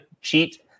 cheat